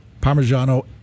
Parmigiano